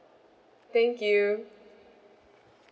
thank you